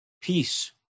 peace